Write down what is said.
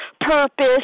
purpose